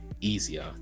easier